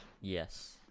Yes